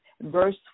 verse